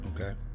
Okay